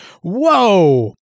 Whoa